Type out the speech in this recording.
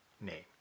name